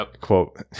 quote